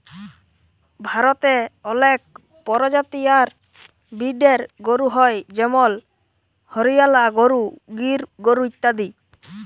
ভারতে অলেক পরজাতি আর ব্রিডের গরু হ্য় যেমল হরিয়ালা গরু, গির গরু ইত্যাদি